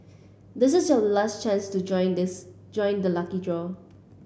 this is your last chance to join this join the lucky draw